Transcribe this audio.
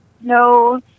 no